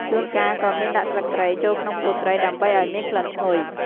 ជួនកាលក៏មានដាក់ស្លឹកគ្រៃ ចូលក្នុងពោះត្រី ដើម្បីឱ្យមានក្លិនឈ្ងុយ។